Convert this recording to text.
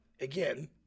again